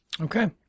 Okay